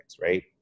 right